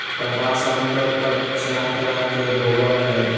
कपास आमतौर पर चार तरह के होवो हय